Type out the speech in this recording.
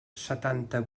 setanta